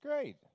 great